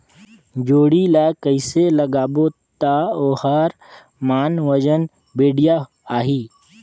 जोणी ला कइसे लगाबो ता ओहार मान वजन बेडिया आही?